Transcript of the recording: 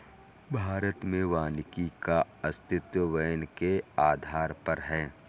भारत में वानिकी का अस्तित्व वैन के आधार पर है